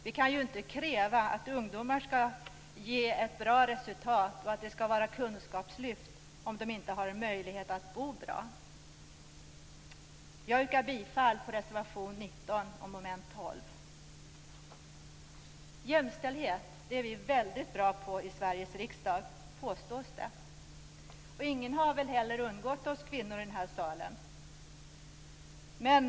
Vi kan inte kräva att ungdomar skall åstadkomma bra resultat i ett kunskapslyft, om de inte har möjligheter att bo bra. Det påstås att vi är väldigt bra på jämställdhet i Sveriges riksdag. Ingen har väl heller undgått att se oss kvinnor här i plenisalen.